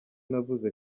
navuze